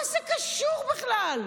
מה זה קשור בכלל?